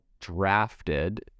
drafted